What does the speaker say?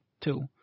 two